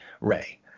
Ray